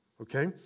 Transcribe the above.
Okay